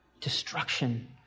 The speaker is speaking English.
Destruction